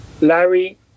Larry